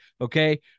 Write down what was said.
okay